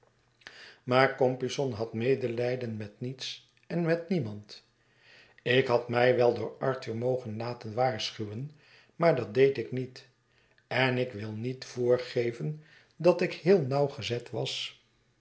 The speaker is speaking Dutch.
maar compeyson had medelijden met niets en metniemand ik had mij wel door arthur mogen laten waarschuwen maar dat deed ik niet en ik wil niet voorgeven dat ik heel nauwgezet was